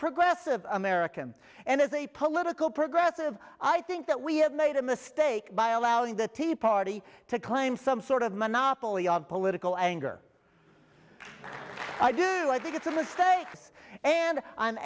progressive american and as a political progressive i think that we have made a mistake by allowing the tea party to claim some sort of monopoly on political anger i do i think it's in the stakes and i'm